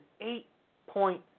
eight-point